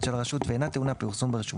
של הרשות ואינה טעונה פרסום ברשומות,